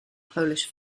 polish